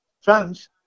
France